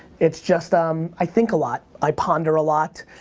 it's just um i think a lot. i ponder a lot.